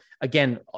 again